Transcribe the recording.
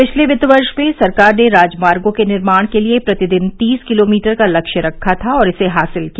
पिछले वित्त वर्ष में सरकार ने राजमार्गों के निर्माण के लिये प्रतिदिन तीस किलोमीटर का लक्ष्य रखा था और इसे हासिल किया